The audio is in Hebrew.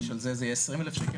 דקה.